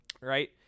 Right